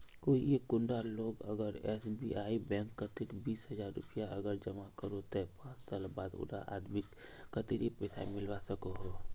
कोई एक कुंडा लोग अगर एस.बी.आई बैंक कतेक बीस हजार रुपया अगर जमा करो ते पाँच साल बाद उडा आदमीक कतेरी पैसा मिलवा सकोहो?